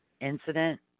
incident